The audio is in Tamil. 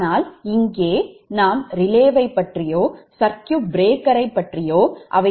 ஆனால் இங்கே எப்படியும் நாம் ரிலேவைப் சர்க்யூட் பிரேக்கரைப் படிக்க மாட்டோம்